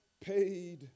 paid